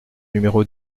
numéro